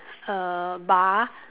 a bar